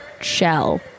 shell